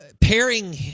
pairing